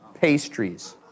pastries